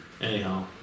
anyhow